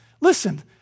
Listen